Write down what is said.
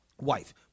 Wife